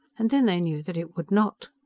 and then they knew that it would not.